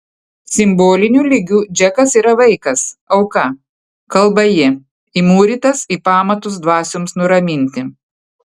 simboliniu lygiu džekas yra vaikas auka kalba ji įmūrytas į pamatus dvasioms nuraminti